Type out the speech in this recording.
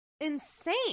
insane